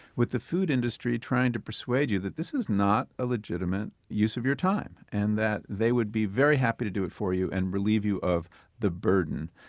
with the food industry trying to persuade you that this is not a legitimate use of your time. and that they would be very happy to do it for you and relieve you of the burden,